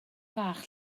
fach